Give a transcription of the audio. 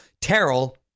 Terrell